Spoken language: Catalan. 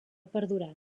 perdurat